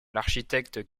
l’architecte